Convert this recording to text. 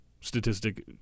statistic